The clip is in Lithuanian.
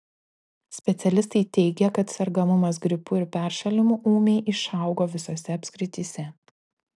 specialistai teigia kad sergamumas gripu ir peršalimu ūmiai išaugo visose apskrityse